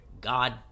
God